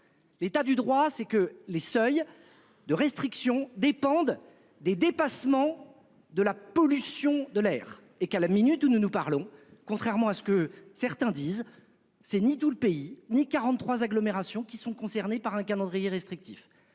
L'état du droit, c'est que les seuils de restrictions dépendent des dépassements de la pollution de l'air et qu'à la minute où nous nous parlons, contrairement à ce que certains disent c'est ni tout le pays ni 43 agglomérations qui sont concernés par un calendrier restrictif